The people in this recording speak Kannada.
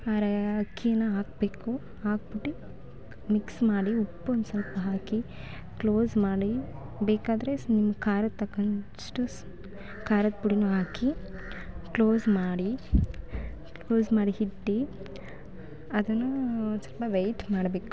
ಅರೆ ಅಕ್ಕಿಯ ಹಾಕ್ಬೇಕು ಹಾಕ್ಬಿಟ್ಟು ಮಿಕ್ಸ್ ಮಾಡಿ ಉಪ್ಪು ಒಂದು ಸ್ವಲ್ಪ ಹಾಕಿ ಕ್ಲೋಸ್ ಮಾಡಿ ಬೇಕಾದರೆ ನಿಮ್ಮ ಖಾರಕ್ಕೆ ತಕ್ಕಷ್ಟು ಸ್ ಖಾರದ್ ಪುಡಿಯು ಹಾಕಿ ಕ್ಲೋಸ್ ಮಾಡಿ ಕ್ಲೋಸ್ ಮಾಡಿ ಇಟ್ಟು ಅದನ್ನು ಒಂದು ಸ್ವಲ್ಪ ವೇಯ್ಟ್ ಮಾಡಬೇಕು